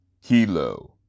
Hilo